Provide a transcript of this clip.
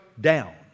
down